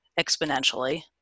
exponentially